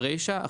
ברישה,